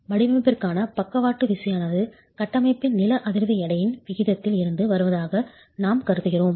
வடிவமைப்பிற்கான பக்கவாட்டு லேட்ரல் விசையானது கட்டமைப்பின் நில அதிர்வு எடையின் விகிதத்தில் இருந்து வருவதாக நாம் கருதுகிறோம்